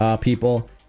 people